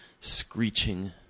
screeching